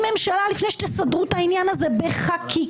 ממשלה לפני שתסדרו את העניין הזה בחקיקה.